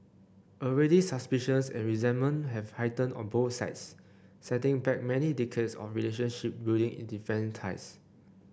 already suspicions and resentments have heightened on both sides setting back many decades of relationship building in defence ties